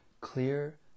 clear